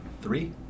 Three